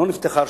לא נפתחה עדיין